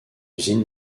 usine